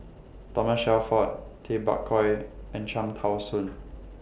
Thomas Shelford Tay Bak Koi and Cham Tao Soon